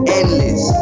endless